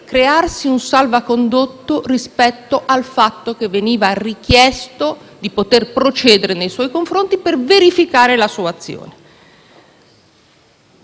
crearsi un salvacondotto rispetto al fatto che veniva richiesto di poter procedere nei suoi confronti per verificare la sua azione.